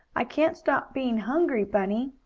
i can't stop being hungry, bunny.